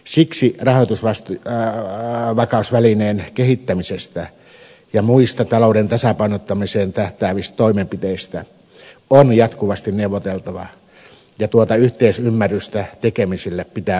siksi rahoitusvakausvälineen kehittämisestä ja muista talouden tasapainottamiseen tähtäävistä toimenpiteistä on jatkuvasti neuvoteltava ja tuota yhteisymmärrystä tekemisille pitää löytyä